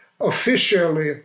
officially